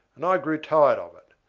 and i grew tired of it,